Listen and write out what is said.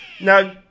Now